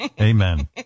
Amen